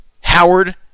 Howard